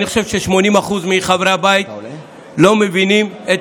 אני חושב ש-80% מחברי הבית לא מבינים את